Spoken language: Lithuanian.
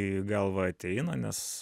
į galvą ateina nes